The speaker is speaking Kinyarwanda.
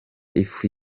ifu